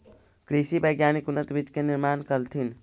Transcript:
कृषि वैज्ञानिक उन्नत बीज के निर्माण कलथिन